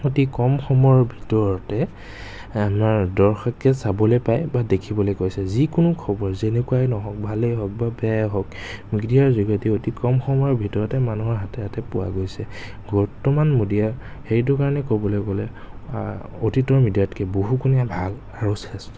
অতি কম সময়ৰ ভিতৰতে আমাৰ দৰ্শকে চাবলৈ পায় বা দেখিবলৈ পাইছে যিকোনো খবৰ যেনেকুৱাই নহওক ভালেই হওক বা বেয়াই হওক মিডিয়াৰ যোগেদি অতি কম সময়ৰ ভিতৰত মানুহৰ হাতে হাতে পোৱা গৈছে বৰ্তমান মিডিয়া সেইটো কাৰণে ক'বলৈ গ'লে অতীতৰ মিডিয়াতকৈ বহুগুণে ভাল আৰু শ্ৰেষ্ঠ